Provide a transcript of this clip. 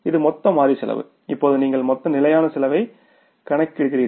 இது மொத்த மாறி செலவு இப்போது நீங்கள் மொத்த நிலையான செலவைக் கணக்கிடுகிறீர்கள்